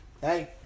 Hey